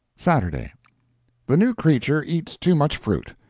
saturday the new creature eats too much fruit.